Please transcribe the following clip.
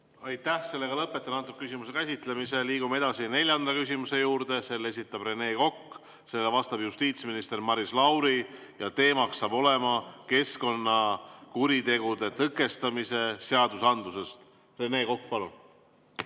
Aitäh! Lõpetan selle küsimuse käsitlemise. Liigume edasi neljanda küsimuse juurde. Selle esitab Rene Kokk, sellele vastab justiitsminister Maris Lauri ja teema on keskkonnakuritegude tõkestamise seadusandlus. Rene Kokk, palun!